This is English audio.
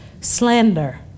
slander